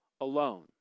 alone